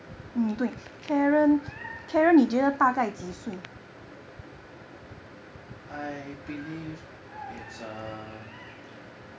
I believe is um